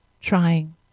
trying